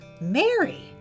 Mary